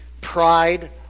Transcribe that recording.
pride